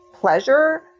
pleasure